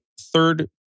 third